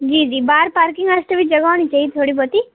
जी जी बाहर पार्किंग आस्तै बी जगह होनी चाहिदी थोह्ड़ी बोह्ती